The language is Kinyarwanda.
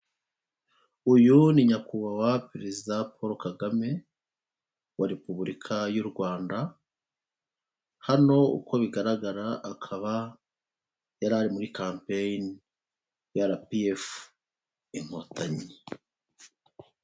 Uyi ni Nyakubahwa Perezida Paul Kagame wa Repubulika y'u Rwanda, hano uko bigaragara akaba yari ari muri kampeyini ya RPF Inkotanyi.